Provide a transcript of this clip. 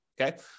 Okay